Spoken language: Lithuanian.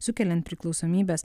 sukeliant priklausomybes